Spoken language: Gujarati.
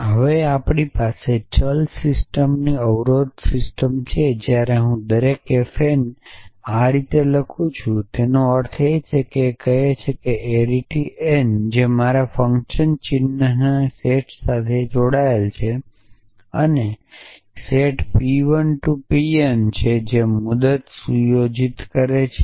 હવે આપણી પાસે ચલ સિસ્ટમ અવરોધ સિસ્ટમ છે અને જ્યારે દરેક fn હું આ રીતે લખું છું તેનો અર્થ એ છે કે આ કહે છે arity n જે મારા ફંક્શન ચિહ્નોના સેટ સાથે જોડાયેલ છે અને સેટ p 1 pn છે જે મુદત સુયોજિત કરે છે